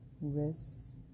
wrists